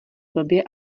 blbě